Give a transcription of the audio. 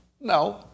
No